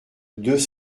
deux